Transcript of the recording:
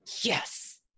Yes